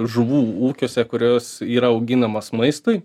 žuvų ūkiuose kurios yra auginamos maistui